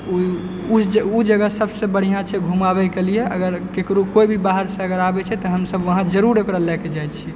ओ जगह सबसँ बढ़िऑं छै घुमाबयके लिए अगर केकरो कोई भी अगर बाहरसँ आबय छै तऽ हमसब जरूर वहाँ लए के जाइ छी